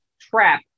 trap